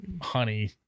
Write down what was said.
honey